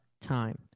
time